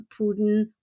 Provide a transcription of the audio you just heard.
Putin